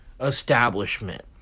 establishment